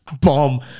Bomb